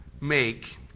make